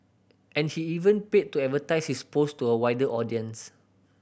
and he even paid to advertise his post to a wider audience